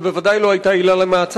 ובוודאי לא היתה כאן כל עילה למעצר.